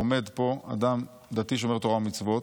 עומד פה אדם דתי שומר תורה ומצוות.